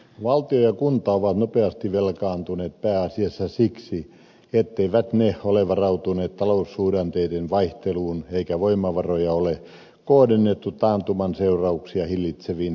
valtio ja kunnat ovat nopeasti velkaantuneet pääasiassa siksi etteivät ne ole varautuneet taloussuhdanteiden vaihteluun eikä voimavaroja ole kohdennettu taantuman seurauksia hillitseviin suhdannepuskureihin